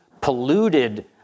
polluted